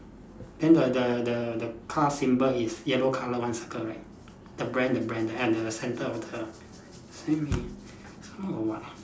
then the the the the car symbol is yellow colour one circle right the brand the brand at the centre of the simi some more got what ah